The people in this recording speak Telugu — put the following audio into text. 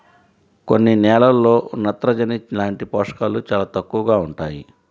కొన్ని నేలల్లో నత్రజని లాంటి పోషకాలు చాలా తక్కువగా ఉంటాయి